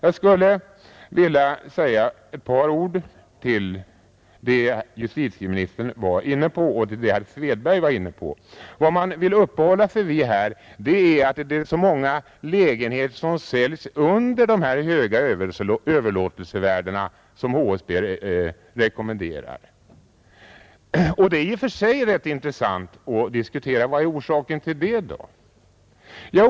Jag skulle vilja säga ett par ord till det justitieministern var inne på och till det herr Svedberg var inne på. Vad man vill uppehålla sig vid här är att det finns så många lägenheter som säljs under de höga överlåtelsevärden, som HSB rekommenderar. Det är i och för sig rätt intressant att diskutera vad som är orsaken till det.